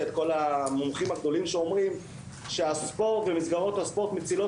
את כל המומחים הגדולים שאומרים שהספורט ומסגרת הספורט מצילות